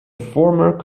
former